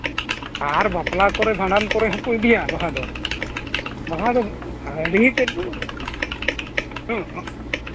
ᱟᱨ ᱵᱟᱯᱞᱟ ᱠᱚᱨᱮ ᱵᱷᱟᱸᱰᱟᱱ ᱠᱚᱨᱮ ᱦᱚᱠᱚ ᱤᱫᱤᱭᱟ ᱵᱟᱦᱟ ᱫᱚ ᱵᱟᱦᱟ ᱫᱚ ᱟᱹᱰᱤᱛᱮᱫ ᱜᱮ